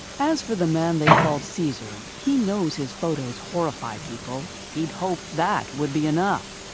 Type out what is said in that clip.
as for the man they call caesar, he knows his photos horrified people. he'd hoped that would be enough.